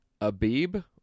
Abib